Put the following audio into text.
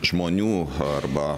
žmonių arba